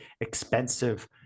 expensive